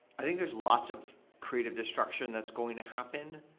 i think there's lot of creative distraction that's going to happen.